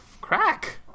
crack